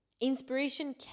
Inspiration